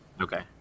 Okay